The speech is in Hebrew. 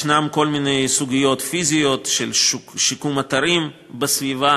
יש כל מיני סוגיות פיזיות של שיקום אתרים בסביבה